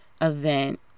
event